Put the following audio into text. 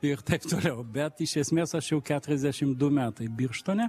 ir taip toliau bet iš esmės aš jau keturiasdešim du metai birštone